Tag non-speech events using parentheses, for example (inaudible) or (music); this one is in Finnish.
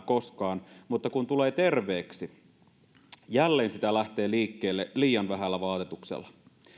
(unintelligible) koskaan mutta kun tulee terveeksi jälleen sitä lähtee liikkeelle liian vähällä vaatetuksella